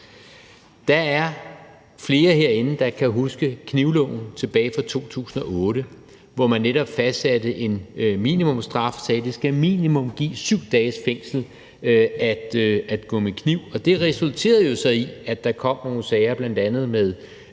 Der er flere herinde, der kan huske knivloven tilbage fra 2008, hvor man netop fastsatte en minimumsstraf. Man sagde, at det minimum skal give 7 dages fængsel at gå med kniv. Og det resulterede jo så i, at der kom nogle sager med